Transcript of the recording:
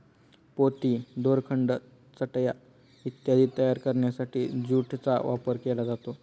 पोती, दोरखंड, चटया इत्यादी तयार करण्यासाठी ज्यूटचा वापर केला जातो